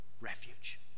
refuge